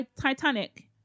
Titanic